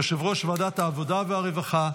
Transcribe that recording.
יושב-ראש ועדת העבודה והרווחה,